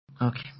Okay